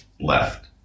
left